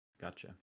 gotcha